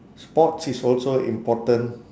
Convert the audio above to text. sports is also important